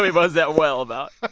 was that well about.